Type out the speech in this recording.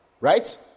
Right